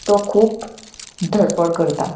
ताका लागून तो खूब धडपड करता